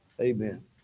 Amen